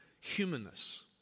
humanness